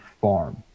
farm